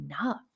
enough